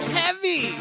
heavy